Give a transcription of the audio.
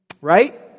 Right